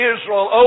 Israel